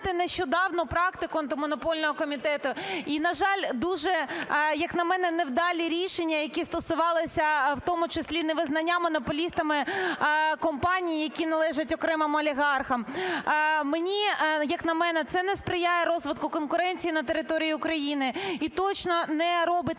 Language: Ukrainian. нещодавно практику Антимонопольного комітету, і на жаль, дуже, як на мене, невдалі рішення, які стосувалися, в тому числі, невизнання монополістами компаній, які належать окремим олігархам, мені … як на мене, це не сприяє розвитку конкуренції на території України і точно не робить